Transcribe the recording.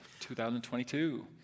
2022